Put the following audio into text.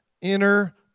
inner